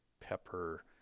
pepper